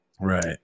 Right